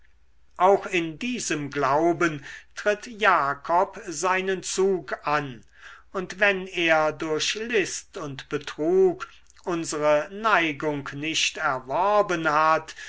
auch in diesem glauben tritt jakob seinen zug an und wenn er durch list und betrug unsere neigung nicht erworben hat